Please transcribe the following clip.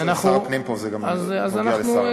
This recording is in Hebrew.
שר הפנים פה, זה גם נוגע לשר,